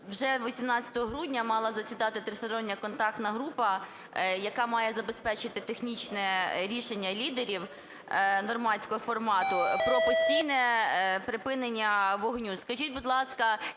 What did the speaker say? Вже 18 грудня мала засідати Тристороння контактна група, яка має забезпечити технічне рішення лідерів "нормандського формату" про постійне припинення вогню.